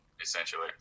essentially